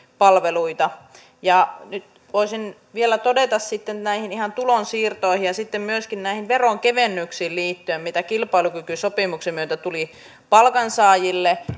palveluita nyt voisin vielä todeta ihan näihin tulonsiirtoihin ja sitten myöskin veronkevennyksiin liittyen mitä kilpailukykysopimuksen myötä tuli palkansaajille